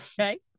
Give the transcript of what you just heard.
Okay